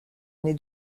nez